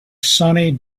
sunny